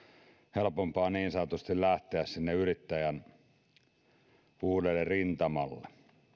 helpompaa niin sanotusti lähteä sinne uudelle rintamalle